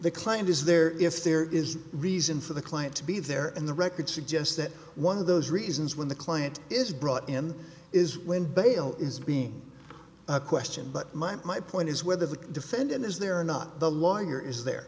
the client is the yes there is a reason for the client to be there and the record suggests that one of those reasons when the client is brought in is when bail is being questioned but my point is whether the defendant is there or not the lawyer is there